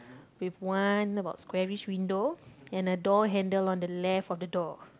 with one about squarish window and a door handle on the left of the door